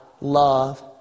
love